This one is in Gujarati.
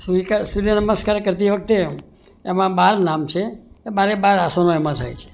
સૂર્ય નમસ્કાર કરતી વખતે એમાં બાર નામ છે એ બારે બાર આસનો એમાં થાય છે